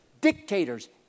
dictators